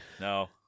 no